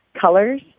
colors